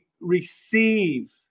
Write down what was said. receive